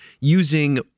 using